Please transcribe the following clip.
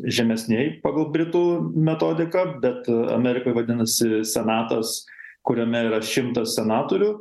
žemesnieji pagal britų metodiką bet amerikoj vadinasi senatas kuriame yra šimtas senatorių